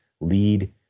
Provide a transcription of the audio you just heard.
lead